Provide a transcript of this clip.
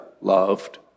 loved